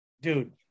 dude